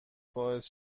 باعث